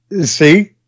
See